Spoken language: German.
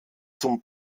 zum